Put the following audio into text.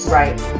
right